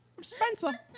Spencer